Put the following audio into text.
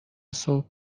صبح